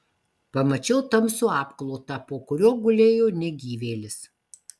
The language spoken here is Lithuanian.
pamačiau tamsų apklotą po kuriuo gulėjo negyvėlis